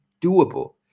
doable